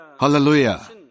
Hallelujah